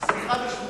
סליחה, ברשותך.